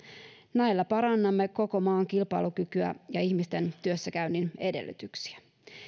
näillä parannamme koko maan kilpailukykyä ja ihmisten työssäkäynnin edellytyksiä